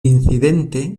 incidente